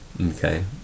Okay